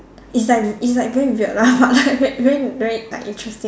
it's like it's like very weird lah like that then very uh interesting